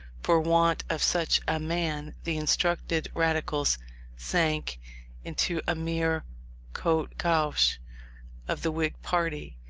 for want of such a man, the instructed radicals sank into a mere cote gauche of the whig party.